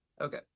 Okay